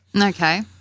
Okay